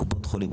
קופות חולים,